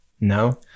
No